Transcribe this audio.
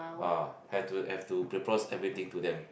ah have to have to propose everything to them